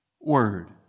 word